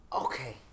Okay